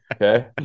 Okay